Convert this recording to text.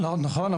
נכון,